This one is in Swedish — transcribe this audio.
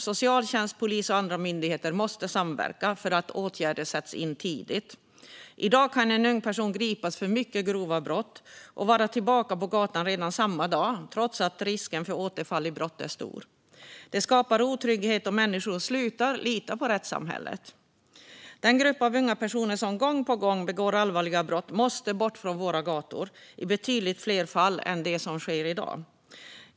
Socialtjänst, polis och andra myndigheter måste samverka för att åtgärder sätts in tidigt. I dag kan en ung person gripas för mycket grova brott och vara tillbaka på gatan redan samma dag, trots att risken för återfall i brott är stor. Det skapar otrygghet, och människor slutar lita på rättssamhället. Den grupp av unga personer som gång på gång begår allvarliga brott måste bort från våra gator i betydligt fler fall än vad som sker i dag.